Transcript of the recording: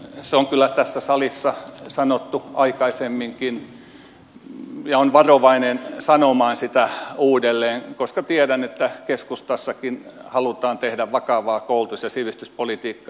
se on kyllä tässä salissa sanottu aikaisemminkin ja olen varovainen sanomaan sitä uudelleen koska tiedän että keskustassakin halutaan tehdä vakavaa koulutus ja sivistyspolitiikkaa